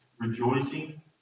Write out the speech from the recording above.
rejoicing